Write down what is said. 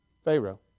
Pharaoh